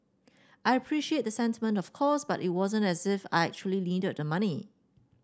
I appreciated the sentiment of course but it wasn't as if I actually needed the money